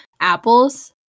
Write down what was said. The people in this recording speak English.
apples